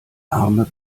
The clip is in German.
arme